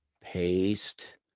Paste